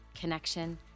connection